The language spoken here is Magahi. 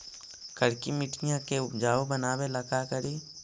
करिकी मिट्टियां के उपजाऊ बनावे ला का करी?